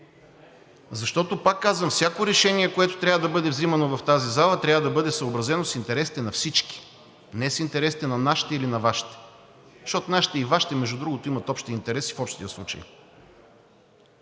Защото, пак казвам: всяко решение, което трябва да бъде взимано в тази зала, трябва да бъде съобразено с интересите на всички – не с интересите на нашите или на Вашите, защото нашите и Вашите, между другото, имат общи интереси в общия случай.